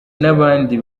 n’abandi